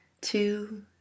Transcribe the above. two